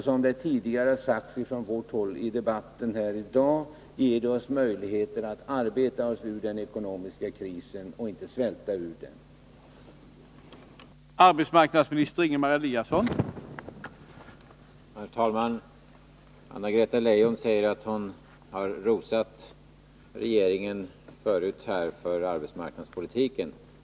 Som det tidigare sagts från vårt håll ger detta oss möjligheter att arbeta oss ur den ekonomiska krisen i stället för att svälta oss ur den.